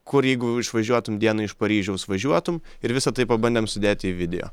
kur jeigu išvažiuotum dienai iš paryžiaus važiuotum ir visa tai pabandėm sudėti į video